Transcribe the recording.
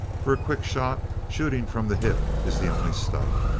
for a quick shot, shooting from the hip is the only stuff